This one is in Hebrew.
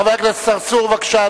חבר הכנסת צרצור, בבקשה.